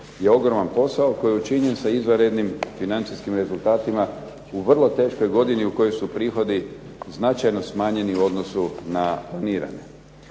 je ogroman posao koji je učinjen sa izvanrednim financijskim rezultatima u vrlo teškoj godini u kojoj su prihodi značajno smanjeni u odnosu na planirane.